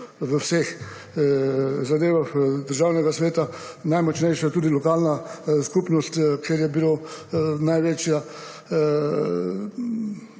vseh zadevah Državnega sveta, najmočnejša lokalna skupnost, kjer je bilo največ